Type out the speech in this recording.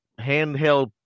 handheld